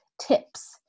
tips